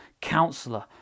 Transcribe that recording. Counselor